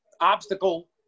obstacle